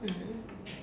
mm